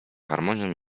harmonią